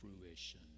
fruition